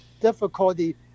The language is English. difficulty